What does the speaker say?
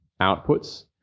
outputs